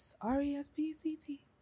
r-e-s-p-c-t